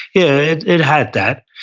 it it had that,